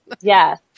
Yes